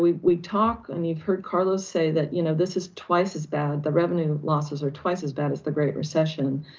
we we talk and you've heard carlos say that, you know, this is twice as bad, the revenue losses are twice as bad as the great recession.